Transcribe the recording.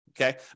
Okay